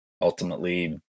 ultimately